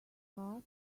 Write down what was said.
car